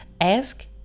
Ask